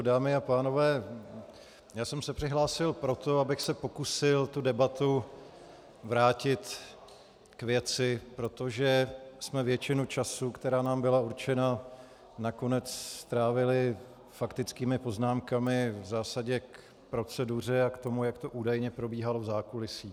Dámy a pánové, já jsem se přihlásil proto, abych se pokusil debatu vrátit k věci, protože jsme většinu času, která nám byla určena, nakonec strávili faktickými poznámkami v zásadě k proceduře a k tomu, jak to údajně probíhalo v zákulisí.